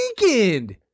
weekend